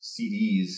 CDs